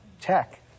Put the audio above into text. tech